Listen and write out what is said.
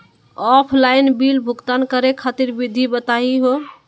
Offline bill भुगतान करे खातिर विधि बताही हो?